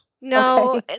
no